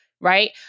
right